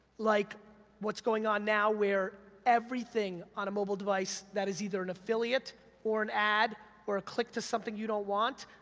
like what's going on now where everything on a mobile device that is either an affiliate or an ad or a click to something you don't want,